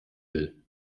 will